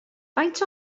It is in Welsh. faint